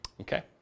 okay